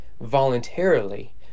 voluntarily